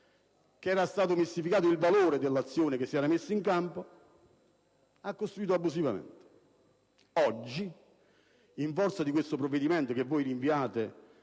cui era stato mistificato il valore dell'azione messa in campo, ha costruito abusivamente. Oggi, in forza di questo provvedimento, che voi rinviate